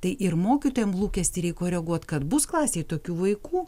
tai ir mokytojom lūkestį reik koreguot kad bus klasėj tokių vaikų